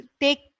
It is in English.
take